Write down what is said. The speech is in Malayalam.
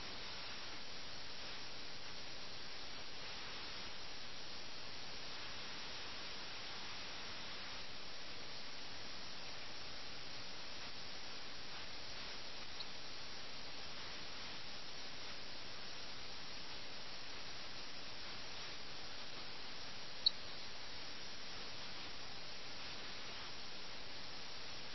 അതിനാൽ മിറും മിർസയും ദൂതൻ പറഞ്ഞ കഥ വിശ്വസിക്കുന്നു ദൂതൻ അവരെ വീട്ടിൽ നിന്ന് പുറത്തിറക്കുന്നു